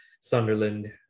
Sunderland